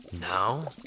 Now